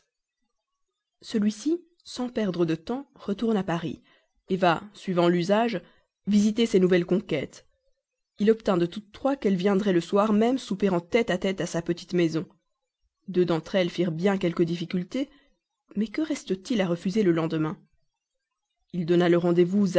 celui-ci sans perdre de temps retourne à paris va suivant l'usage visiter ses nouvelles conquêtes il obtint de toutes trois qu'elles viendraient le soir même souper en tête-à-tête à sa petite maison deux d'entre elles firent bien quelques difficultés mais que reste-t-il à refuser le lendemain il donna le rendez-vous